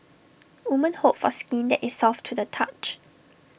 women hope for skin that is soft to the touch